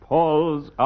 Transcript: Paul's